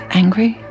angry